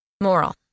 Moral